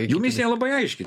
jų misija labai aiški